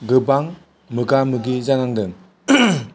गोबां मोगा मोगि जानांदों